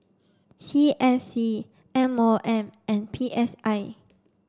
C S C M O M and P S I